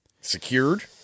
secured